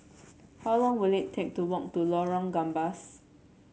how long will it take to walk to Lorong Gambas